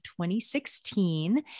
2016